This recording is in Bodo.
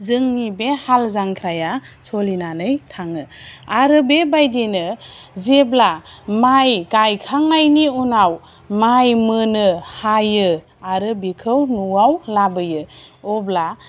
जोंनि बे हाल जांख्राया सलिनानै थाङो आरो बेबायदिनो जेब्ला माइ गायखांनायनि उनाव माइ मोनो हायो आरो बेखौ न'आव लाबोयो अब्ला